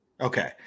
okay